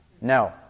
No